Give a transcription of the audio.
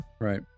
Right